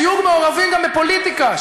שיהיו מעורבים גם בפוליטיקה,